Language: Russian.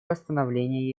восстановления